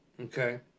Okay